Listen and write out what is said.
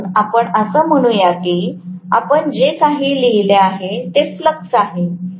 म्हणून आपण असं म्हणूया की आपण जे काही लिहिले आहे ते फ्लक्स आहे